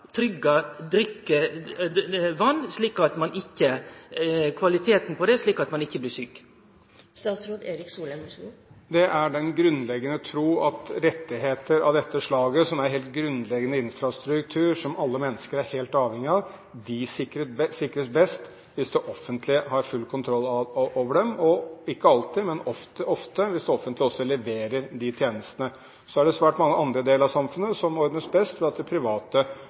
kvaliteten på drikkevatn, slik at ein ikkje blir sjuk? Det er den grunnleggende tro at rettigheter av dette slaget, som er helt grunnleggende infrastruktur som alle mennesker er helt avhengig av, sikres best hvis det offentlige har full kontroll over dem, og – ikke alltid, men ofte – hvis det offentlige også leverer de tjenestene. Så er det svært mange andre deler av samfunnet som ordnes best ved at det private står for det. Denne grunnleggende troen, som regjeringspartiene har, og som jeg tror egentlig deles av veldig mange også utover regjeringspartiene i Norge, er